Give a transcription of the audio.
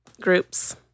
groups